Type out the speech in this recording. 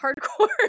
hardcore